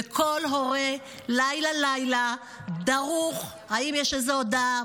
כל הורה לילה-לילה דרוך אם יש איזו הודעה.